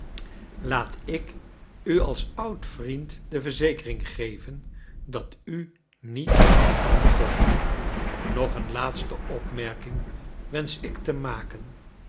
laat ik u als oud vtiend de verzekering geven dat u niet anders doen kon nog een laatste opmerking wensch ik te maken